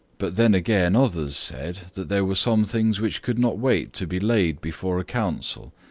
but then again others said there were some things which could not wait to be laid before a council,